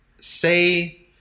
Say